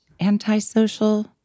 antisocial